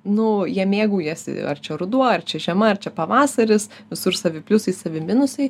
nu jie mėgaujasi ar čia ruduo ar čia žiema ar čia pavasaris visur savi pliusai savi minusai